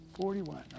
Forty-one